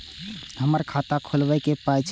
हमर खाता खौलैक पाय छै